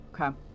Okay